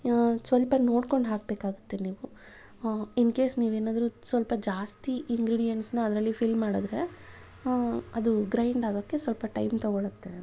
ಸ್ವಲ್ಪ ನೋಡ್ಕೊಂಡು ಹಾಕಬೇಕಾಗತ್ತೆ ನೀವು ಇನ್ ಕೇಸ್ ನೀವೇನಾದರೂ ಸ್ವಲ್ಪ ಜಾಸ್ತಿ ಇಂಗ್ರೀಡಿಯಂಟ್ಸನ್ನು ಅದರಲ್ಲಿ ಫಿಲ್ ಮಾಡಿದ್ರೆ ಅದು ಗ್ರೈಂಡ್ ಆಗಕ್ಕೆ ಸ್ವಲ್ಪ ಟೈಮ್ ತಗೊಳತ್ತೆ ಅಂತ